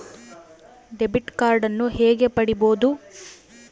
Debit ಕಾರ್ಡನ್ನು ಹೇಗೆ ಪಡಿಬೋದು?